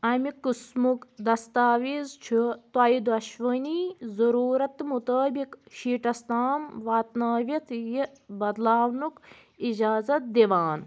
اَمہِ قٕسمُک دستاویز چھُ تۄہہِ دۄشوٕنی ضرورتہٕ مطٲبق شیٖٹس تام واتنٲوِتھ یہِ بدلاونُک اجازت دِوان